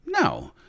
no